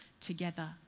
together